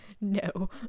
no